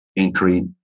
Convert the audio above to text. Entry